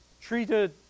treated